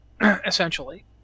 essentially